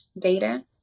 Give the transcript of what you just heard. data